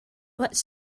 let’s